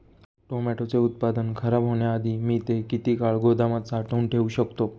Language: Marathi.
टोमॅटोचे उत्पादन खराब होण्याआधी मी ते किती काळ गोदामात साठवून ठेऊ शकतो?